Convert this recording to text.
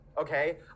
okay